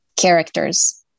characters